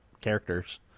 characters